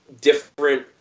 different